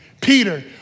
Peter